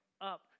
up